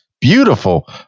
beautiful